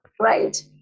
right